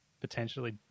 potentially